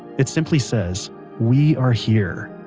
it simply says we are here,